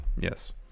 Yes